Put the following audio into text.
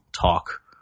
talk